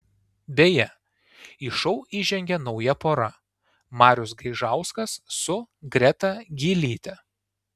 beje į šou įžengė nauja pora marius gaižauskas su greta gylyte